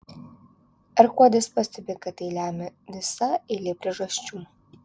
r kuodis pastebi kad tai lemia visa eilė priežasčių